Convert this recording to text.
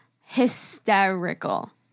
hysterical